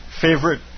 favorite